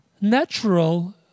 natural